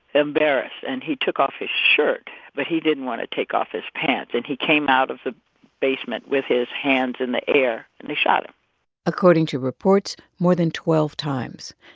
embarrassed. and he took off his shirt. but he didn't want to take off his pants. and he came out of the basement with his hands in the air, and they shot him according to reports, more than twelve times.